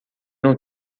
não